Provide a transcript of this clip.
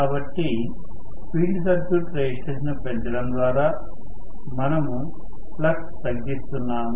కాబట్టి field circuit resistance ను పెంచడం ద్వారా మనము ఫ్లక్స్ తగ్గిస్తున్నాము